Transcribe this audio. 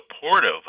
supportive